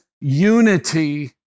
unity